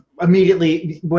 immediately